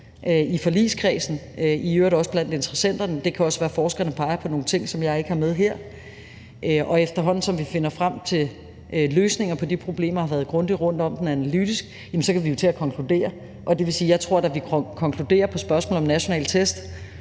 i forligskredsen og i øvrigt også blandt interessenterne, og det kan også være, at forskerne peger på nogle ting, som jeg ikke har med her. Og efterhånden som vi finder frem til løsninger på de problemer og har været grundigt rundt om dem analytisk, kan vi komme til at konkludere. Det vil sige, at jeg da tror, vi konkluderer på spørgsmålet om nationale test,